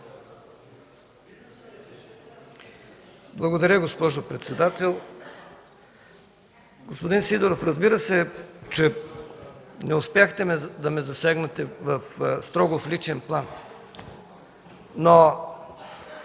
Благодаря, госпожо председател. Господин Сидеров, разбира се, че не успяхте да ме засегнете строго в личен план, но